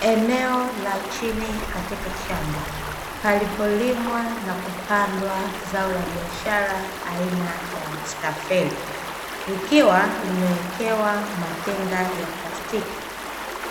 Eneo la chini katika shamba, palipolimwa na kupandwa zao la biashara aina ya stafeli, likiwa limewekewa matenga ya plastiki